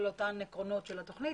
כל אותם עקרונות של התוכנית,